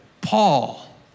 Paul